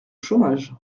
chômage